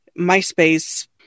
MySpace